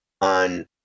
on